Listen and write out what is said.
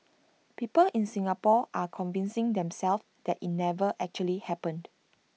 people in Singapore are convincing themselves that IT never actually happened